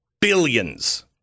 billions